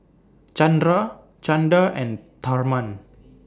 Chandra Chanda and Tharman